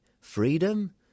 Freedom